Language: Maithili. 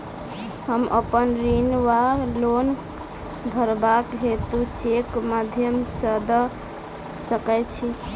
हम अप्पन ऋण वा लोन भरबाक हेतु चेकक माध्यम सँ दऽ सकै छी?